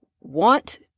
want